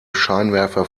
scheinwerfer